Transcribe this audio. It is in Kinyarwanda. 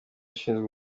ishinzwe